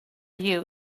you